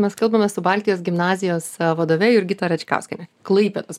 mes kalbame su baltijos gimnazijos vadove jurgita račkauskiene klaipėdos